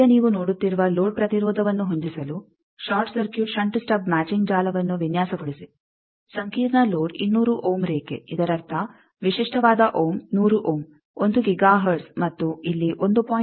ಈಗ ನೀವು ನೋಡುತ್ತಿರುವ ಲೋಡ್ ಪ್ರತಿರೋಧವನ್ನು ಹೊಂದಿಸಲು short circuit shunt stub matching ಜಾಲವನ್ನು ವಿನ್ಯಾಸಗೊಳಿಸಿ ಸಂಕೀರ್ಣ ಲೋಡ್200 ಓಮ್ರೇಖೆ ಇದರರ್ಥ ವಿಶಿಷ್ಟವಾದ ಓಮ್ 100 ಓಮ್ 1 ಗಿಗಾ ಹರ್ಟ್ಜ್ ಮತ್ತು ಇಲ್ಲಿ 1